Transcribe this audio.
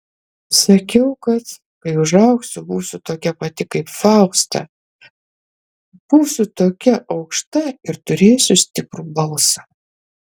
sakiau kad kai užaugsiu būsiu tokia pati kaip fausta būsiu tokia aukšta ir turėsiu stiprų balsą